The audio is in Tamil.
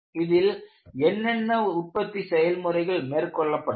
இதில் என்னென்ன உற்பத்தி செயல்முறைகள் மேற்கொள்ளப்பட்டது